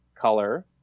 color